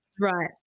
right